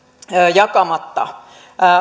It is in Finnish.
jakamatta